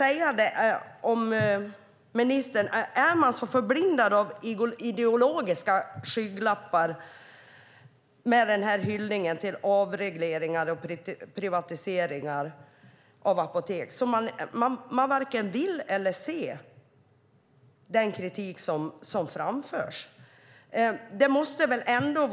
Är man så förblindad av ideologiska skygglappar när det gäller avreglering och privatisering av apotek att man inte ser den kritik som framförs?